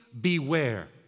beware